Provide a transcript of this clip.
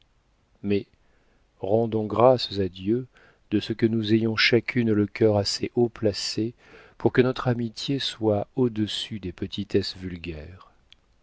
mais rendons grâces à dieu de ce que nous ayons chacune le cœur assez haut placé pour que notre amitié soit au-dessus des petitesses vulgaires